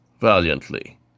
valiantly